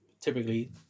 typically